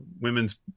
women's